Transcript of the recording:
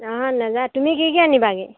অঁ নেযায় তুমি কি কি আনিবাগে